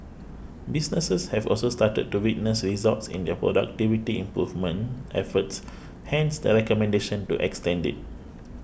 businesses have also started to witness results in their productivity improvement efforts hence the recommendation to extend it